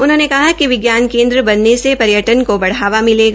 उन्होंने कहा कि विज्ञान केन्द्र बनने से पर्यटन को बढ़ावा मिलेगा